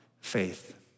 faith